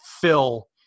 fill